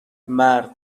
مرد